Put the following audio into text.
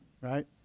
right